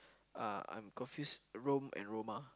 uh I'm confused Rome and Roma